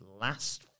last